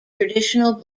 traditional